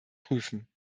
prüfen